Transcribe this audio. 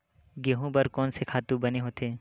गेहूं बर कोन से खातु बने होथे?